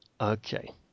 Okay